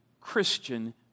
Christian